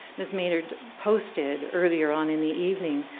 maynard posted earlier on in the evening,